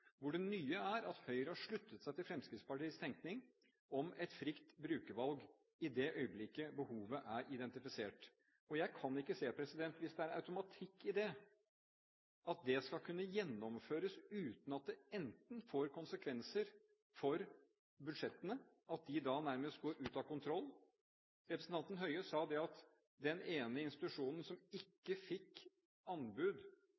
hvor det nye er at Høyre har sluttet seg til Fremskrittspartiets tenkning om et fritt brukervalg i det øyeblikket behovet er identifisert. Jeg kan ikke se, hvis det er automatikk i det, at det skal kunne gjennomføres uten at det får konsekvenser for budsjettene, at de da nærmest går ut av kontroll. Representanten Høie sa at den ene institusjonen som ikke fikk anbud